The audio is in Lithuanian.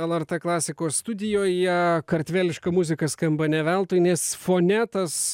lrt klasikos studijoje kartveliška muzika skamba ne veltui nes fone tas